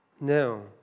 No